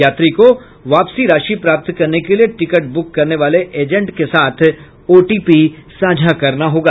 यात्री को वापसी राशि प्राप्त करने के लिए टिकट बुक करने वाले एजेंट के साथ ओटीपी साझा करना होगा